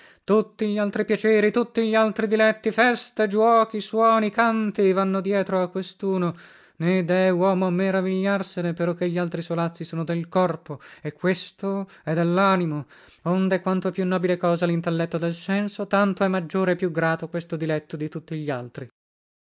tutti glaltri piaceri tutti glaltri diletti feste giochi suoni canti vanno dietro a questuno né dee uomo meravigliarsene peroché glaltri solazzi sono del corpo e questo è dellanimo onde quanto è più nobile cosa lintelletto del senso tanto è maggiore e più grato questo diletto di tutti gli altri